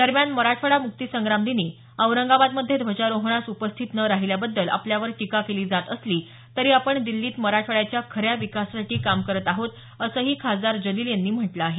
दरम्यान मराठवाडा मुक्ती संग्राम दिनी औरंगाबादमध्ये ध्वजारोहणास उपस्थित न राहिल्याबद्दल आपल्यावर टीका केली जात असली तरी आपण दिल्लीत मराठवाड्याच्या खऱ्या विकासासाठी काम करत आहोत असंही खासदार जलील यांनी म्हटल आहे